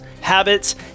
habits